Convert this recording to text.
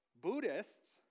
Buddhists